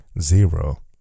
zero